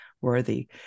worthy